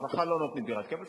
רווחה לא נותנים דירת קבע.